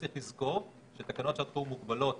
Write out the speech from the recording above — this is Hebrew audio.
צריך לזכור שתקנות שעת חירום מוגבלות